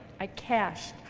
i cashed,